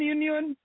Union